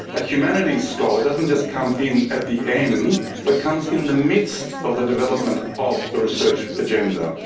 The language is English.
a humanities scholar doesn't just come in at the end but comes in the midst of the development of the research agenda.